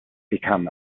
become